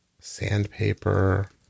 Sandpaper